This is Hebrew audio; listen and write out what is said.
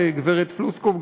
גברת פלוסקוב,